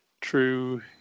true